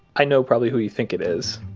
i know probably who you think it is.